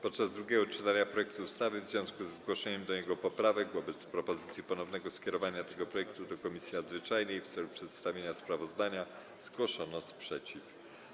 Podczas drugiego czytania projektu ustawy, w związku ze zgłoszeniem do niego poprawek, wobec propozycji ponownego skierowania tego projektu do Komisji Nadzwyczajnej w celu przedstawienia sprawozdania zgłoszono sprzeciw.